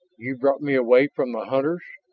you brought me away from the hunters.